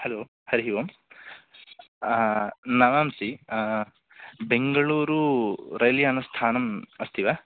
hello हरिः ओम् नमांसि बेङ्गळूरु रैल् यानस्थानम् अस्ति वा